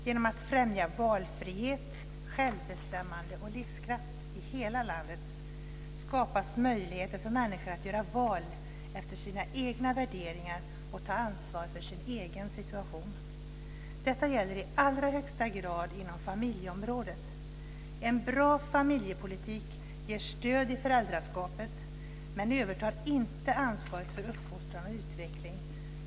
Genom att främja valfrihet, självbestämmande och livskraft i hela landet skapas möjligheter för människor att göra val efter sina egna värderingar och ta ansvar för sin egen situation. Detta gäller i allra högsta grad inom familjeområdet. En bra familjepolitik ger stöd i föräldraskapet men övertar inte ansvaret för uppfostran och utveckling.